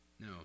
No